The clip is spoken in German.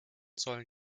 sollen